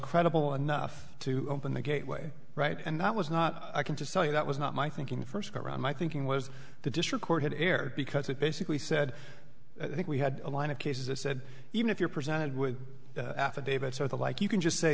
credible enough to open the gateway right and that was not i can just tell you that was not my thinking first around my thinking was the district court had aired because it basically said i think we had a line of cases that said even if you're presented with affidavit sort of like you can just say